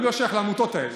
אני לא שייך לעמותות האלה.